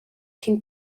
cyn